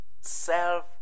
self